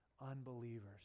unbelievers